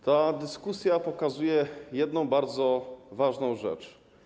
Ta dyskusja pokazuje jedną bardzo ważną rzecz.